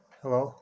hello